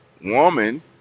woman